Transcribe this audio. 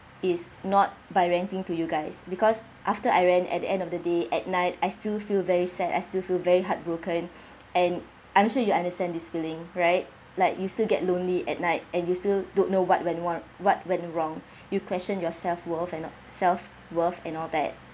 is not by ranting to you guys because after I rant at the end of the day at night I still feel very sad I still feel very heartbroken and I'm sure you understand this feeling right like you still get lonely at night and you still don't know what went wong~ what went wrong you question your self-worth and not self-worth and all that